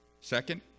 Second